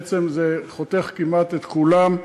בעצם זה חותך כמעט את כולם: